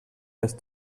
les